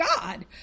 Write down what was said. God